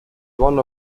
one